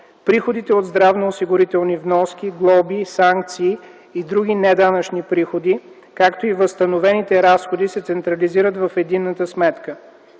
приходите от здравноосигурителни вноски, глоби, санкции и други неданъчни приходи, както и възстановените разходи се централизират в единната сметка.